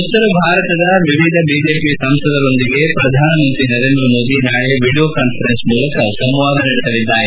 ಉತ್ತರ ಭಾರತದ ವಿವಿಧ ಬಿಜೆಪಿ ಸಂಸದರೊಂದಿಗೆ ಪ್ರಧಾನ ಮಂತ್ರಿ ನರೇಂದ್ರ ಮೋದಿ ನಾಳೆ ವಿಡಿಯೋ ಕಾನ್ವರೆನ್ಸ್ ಮೂಲಕ ಸಂವಾದ ನಡೆಸಲಿದ್ದಾರೆ